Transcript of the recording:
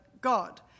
god